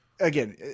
Again